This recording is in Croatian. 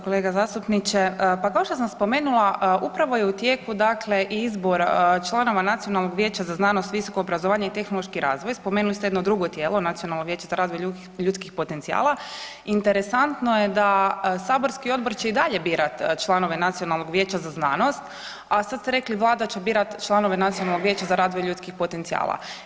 Kolega zastupniče pa kao što sam spomenula upravo je u tijeku dakle izbor članova Nacionalnog vijeća za znanost, visoko obrazovanje i tehnološki razvoj, spomenuli ste jedno drugo tijelo Nacionalno vijeće za razvoj ljudskih potencijala, interesantno je da saborski odbor će i dalje birati članove Nacionalnog vijeća za znanost, a sad ste rekli Vlada će birati članove Nacionalnog vijeća za razvoj ljudskih potencijala.